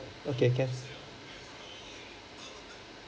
okay can